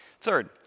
Third